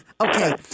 Okay